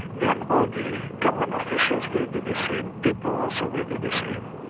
then all the government officials will do the same, people also will do the same.